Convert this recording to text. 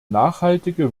nachhaltige